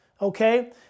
Okay